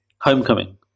homecoming